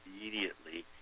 immediately